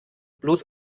bloß